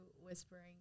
whispering